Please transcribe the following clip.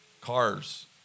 Cars